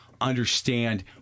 understand